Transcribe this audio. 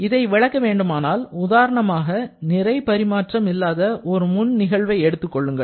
இதை விளக்க வேண்டுமானால் உதாரணமாக நிறை பரிமாற்றம் இல்லாத ஒரு முன் நிகழ்வை எடுத்துக் கொள்ளுங்கள்